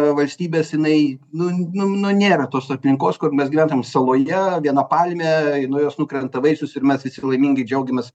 valstybės jinai nu nu nu nėra tos aplinkos kur mes gyventumėm saloje viena palmė nuo jos nukrenta vaisius ir mes visi laimingi džiaugiamės